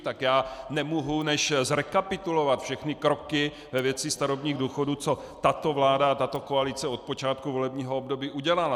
Tak já nemohu než zrekapitulovat všechny kroky ve věci starobních důchodů, co tato vláda a tato koalice od počátku volebního období udělala.